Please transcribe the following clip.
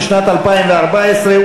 לשנת 2014,